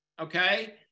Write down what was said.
okay